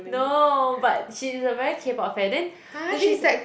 no but she's a very K-Pop fan then the thing is